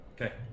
Okay